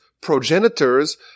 progenitors